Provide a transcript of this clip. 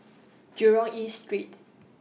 Jurong East Street